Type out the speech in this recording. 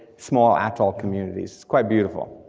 small atoll communities, it's quite beautiful.